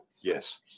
yes